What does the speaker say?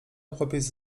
chłopiec